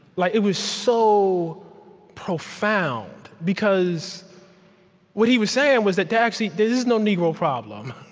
like it was so profound, because what he was saying was that there actually there is no negro problem.